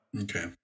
Okay